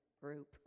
group